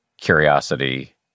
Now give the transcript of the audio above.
curiosity